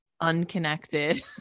unconnected